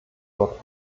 dort